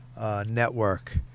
network